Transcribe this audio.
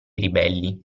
ribelli